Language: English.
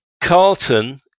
Carlton